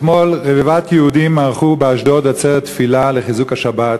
אתמול רבבת יהודים ערכו באשדוד עצרת תפילה לחיזוק השבת,